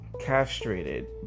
castrated